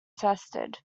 tested